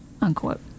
unquote